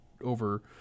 over